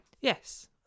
Yes